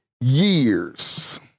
years